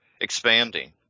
expanding